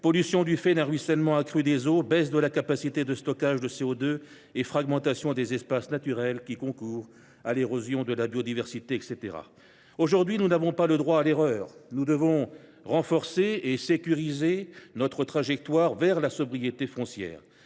pollution du fait d’un ruissellement accru des eaux, baisse de la capacité de stockage de CO2 et fragmentation des espaces naturels qui concourt à l’érosion de la biodiversité, etc. Aujourd’hui, nous n’avons pas le droit à l’erreur : nous devons renforcer et sécuriser notre trajectoire vers la sobriété foncière,